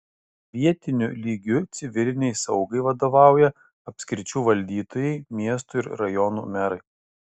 vietiniu lygiu civilinei saugai vadovauja apskričių valdytojai miestų ir rajonų merai